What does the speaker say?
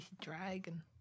dragon